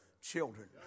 children